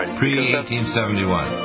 pre-1871